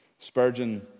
Spurgeon